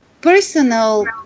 personal